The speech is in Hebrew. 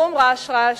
אום-רשרש,